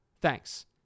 Thanks